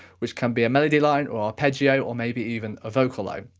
which can be a melody line or arpeggio or maybe even a vocal line.